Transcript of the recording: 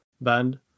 band